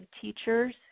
teachers